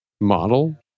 model